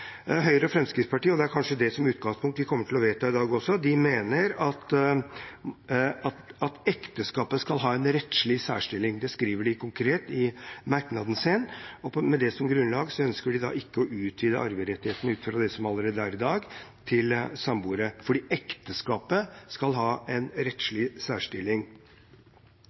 Høyre og Fremskrittspartiet – og det er kanskje med det som utgangspunkt vi kommer til å fatte et vedtak i dag – mener at ekteskapet skal ha en rettslig særstilling. Det skriver de konkret i merknaden sin. Med det som grunnlag ønsker de ikke å utvide arverettighetene som er i dag, til samboere, fordi ekteskapet skal ha en rettslig særstilling.